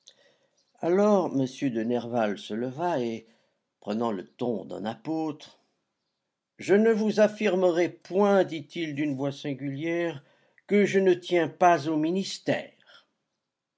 alors m de nerval se leva et prenant le ton d'un apôtre je ne vous affirmerai point dit-il d'une voix singulière que je ne tiens pas au ministère